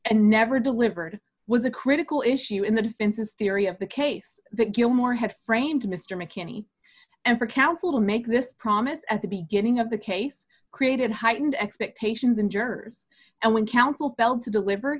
and never delivered was a critical issue in the defense's theory of the case that gilmore had framed mr mckinney and for counsel make this promise at the beginning of the case created heightened expectations and jers and when counsel bell to deliver